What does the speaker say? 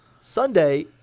Sunday